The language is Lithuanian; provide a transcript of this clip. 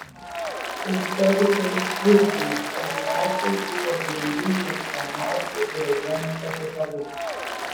istorikai tvirtina kad lęšiai buvo vieni mėgstamiausių diogeno patiekalų